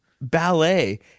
ballet